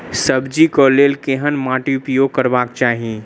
सब्जी कऽ लेल केहन माटि उपयोग करबाक चाहि?